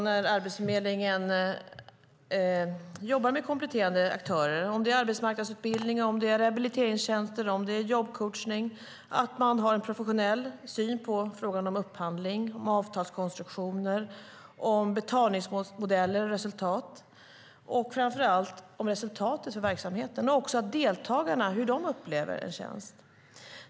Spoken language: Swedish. När Arbetsförmedlingen jobbar med kompletterande aktörer inom arbetsmarknadsutbildning, rehabiliteringstjänster eller jobbcoachning är det viktigt att ha en professionell syn på frågan om upphandling, avtalskonstruktioner, betalningsmodeller och framför allt resultatet för verksamheten men också hur deltagarna upplever en tjänst.